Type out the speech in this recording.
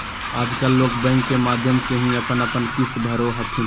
आजकल लोग बैंक के माध्यम से ही अपन अपन किश्त भरो हथिन